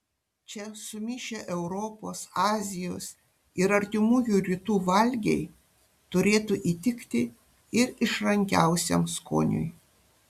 čia sumišę europos azijos ir artimųjų rytų valgiai turėtų įtikti ir išrankiausiam skoniui